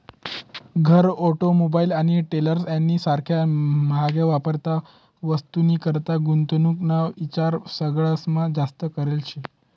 घर, ऑटोमोबाईल आणि ट्रेलर्स यानी सारख्या म्हाग्या वापरत्या वस्तूनीकरता गुंतवणूक ना ईचार सगळास्मा जास्त करेल शे